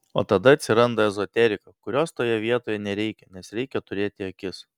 o tada atsiranda ezoterika kurios toje vietoje nereikia nes reikia turėti akis